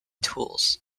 tools